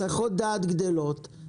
הסחות הדעת מתרבות,